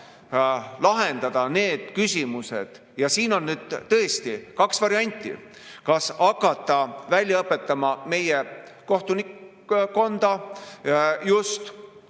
lahendada ja siin on tõesti kaks varianti: kas hakata välja õpetama meie kohtunikkonda just